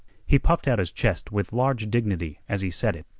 he puffed out his chest with large dignity as he said it.